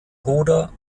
bruder